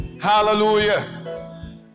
hallelujah